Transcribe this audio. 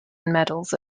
medals